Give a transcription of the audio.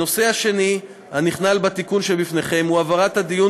הנושא השני הנכלל בתיקון שבפניכם הוא העברת הדיון